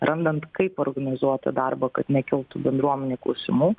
randant kaip organizuoti darbą kad nekiltų bendruomenei klausimų